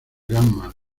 gamma